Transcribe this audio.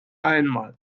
einmal